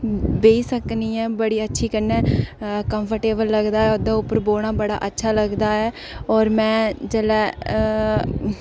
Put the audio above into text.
बेही सकनी आं बड़ी अच्छी कन्नै ते कंफर्टेएबल लगदा ओह्दे पर बौह्ना बड़ा अच्छा लगदा ऐ होर में जेल्लै